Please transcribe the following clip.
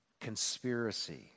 conspiracy